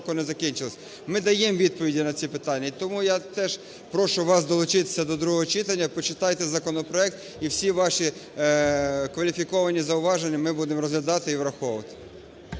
Ми даємо відповіді на ці питання. І тому я теж прошу вас долучитися до другого читання. Почитайте законопроект і всі ваші кваліфіковані зауваження ми будемо розглядати і враховувати.